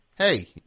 Hey